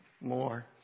more